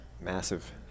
Massive